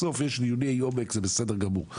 בסוף יש דיוני עומק, זה בסדר גמור.